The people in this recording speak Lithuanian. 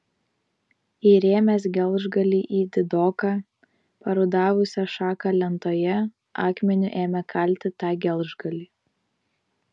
įrėmęs gelžgalį į didoką parudavusią šaką lentoje akmeniu ėmė kalti tą gelžgalį